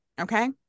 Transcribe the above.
Okay